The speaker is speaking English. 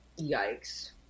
Yikes